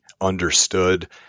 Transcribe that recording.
understood